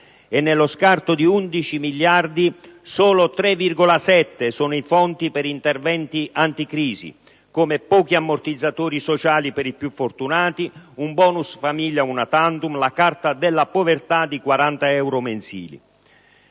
nello scarto di 11 miliardi, solo 3,7 miliardi sono i fondi per interventi anticrisi, come i pochi ammortizzatori sociali per i più fortunati, un *bonus* famiglia *una tantum*, la carta della povertà di 40 euro mensili.